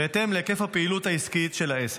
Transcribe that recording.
בהתאם להיקף הפעילות העסקית של העסק.